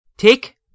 Tick